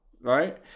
right